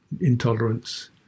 intolerance